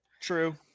True